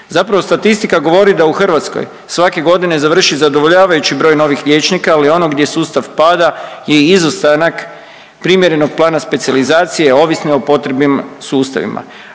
zapravo statistika govori da u Hrvatskoj svake godine završi zadovoljavajući broj novih liječnika, ali ono gdje sustav pada je izostanak primjerenog plana specijalizacije ovisne o potrebima sustavima,